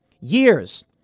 years